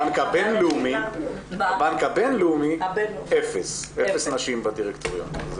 הבנק הבינלאומי, אפס נשים בדירקטוריון.